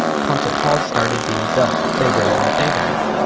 concert halls started being built bigger and bigger.